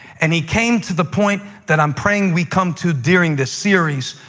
and he came to the point that i'm praying we come to during this series,